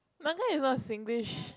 manga is not Singlish